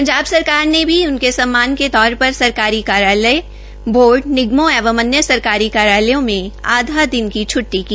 पंजाब सरकार ने भी उनके सम्मान के तौर पर सरकारी कार्यालय बोर्ड निगमों एवं अन्य सरकारी कार्यालयों में आधा दिन की छटटी की